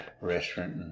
restaurant